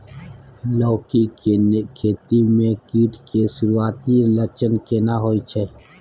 लौकी के खेती मे कीट के सुरूआती लक्षण केना होय छै?